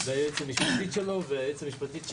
היועצת המשפטית שלו וגם היועצת המשפטית שלנו,